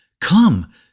Come